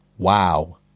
Wow